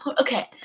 Okay